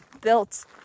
built